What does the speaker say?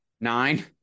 nine